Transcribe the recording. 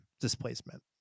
displacement